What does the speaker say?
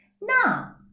Now